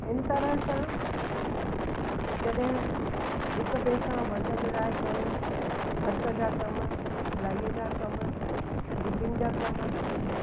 इन तरह सां जॾहिं हिक ॿिए सां वंड विराए करे भर्त जा कम सिलाईअ जा कम निटिंग जा कम